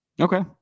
Okay